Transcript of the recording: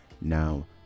Now